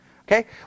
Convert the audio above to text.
Okay